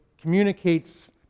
communicates